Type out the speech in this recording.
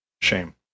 shame